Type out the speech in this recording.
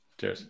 Cheers